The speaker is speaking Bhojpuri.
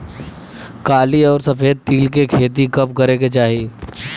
काली अउर सफेद तिल के खेती कब करे के चाही?